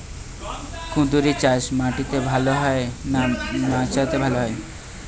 কুঁদরি চাষ মাটিতে ভালো হয় না মাচাতে ভালো হয়?